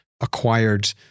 acquired